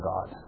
God